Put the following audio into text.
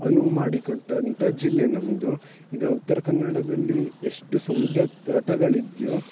ಅನುವು ಮಾಡಿ ಕೊಟ್ಟಂಥ ಜಿಲ್ಲೆ ನಮ್ಮದು ಈಗ ಉತ್ತರ ಕನ್ನಡದಲ್ಲಿ ಎಷ್ಟು ಸಮುದ್ರ ತಟಗಳು ಇದೆಯೋ